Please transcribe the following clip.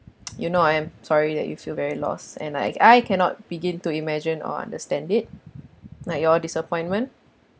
you know I am sorry that you feel very lost and I I cannot begin to imagine or understand it like your disappointment